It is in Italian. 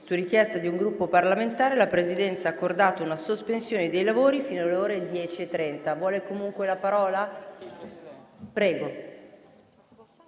Su richiesta di un Gruppo parlamentare, la Presidenza ha accordato una sospensione dei lavori fino alle ore 10,30. Sospendo pertanto